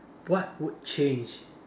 what would change